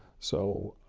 so,